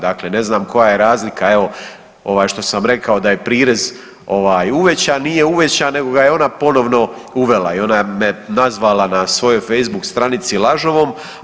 Dakle ne znam koja je razlika što sam rekao da je prirez uvećan, nije uvećan nego ga je ona ponovno uvela i ona me nazvala na svojoj facebook stranici lažovom.